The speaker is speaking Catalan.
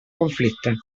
conflicte